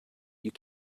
you